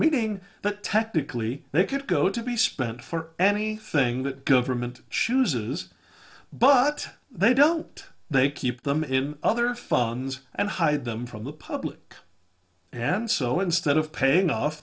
meeting that technically they could go to be spent for any thing that government chooses but they don't they keep them in other funds and hide them from the public and so instead of paying off